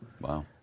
Wow